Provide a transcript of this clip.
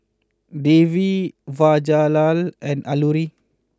Devi Jawaharlal and Alluri